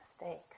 mistakes